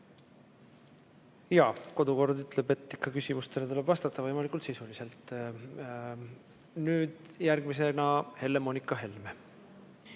Jah, kodukord ütleb, et küsimustele tuleb vastata võimalikult sisuliselt. Järgmisena Helle-Moonika Helme.